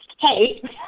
hey